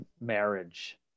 marriage